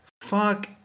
Fuck